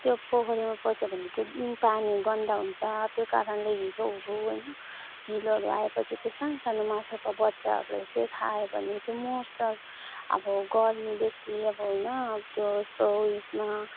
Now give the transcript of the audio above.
त्यो पोखरीमा पस्यो भने चाहिँ पानी गन्दा हुन्छ त्यो कारणले हिलोहरू होइन हिलोहरू आएपछि त्यो सानो सानो त्यो माछाको बच्चाहरूलाई चाहिँ खायो भने त्यो मोर्छ अब गर्मी बेसी होइन त्यो यस्तो ऊ यसमा